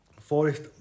Forest